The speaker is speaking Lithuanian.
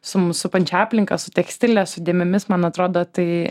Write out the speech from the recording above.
su mus supančia aplinka su tekstile su dėmėmis man atrodo tai